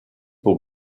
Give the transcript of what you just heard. pour